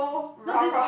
no this